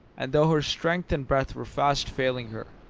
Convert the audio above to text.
and though her strength and breath were fast failing her,